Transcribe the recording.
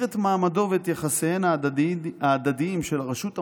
את מעמדו ואת יחסיהן ההדדיים של הרשות המחוקקת,